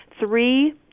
three